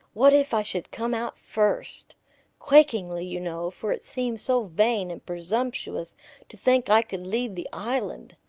what if i should come out first quakingly, you know, for it seemed so vain and presumptuous to think i could lead the island.